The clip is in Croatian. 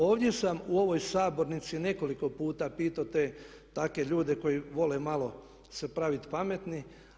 Ovdje sam u ovoj sabornici nekoliko puta pitao te, takve ljude koji vole malo se pravit pametni.